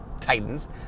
Titans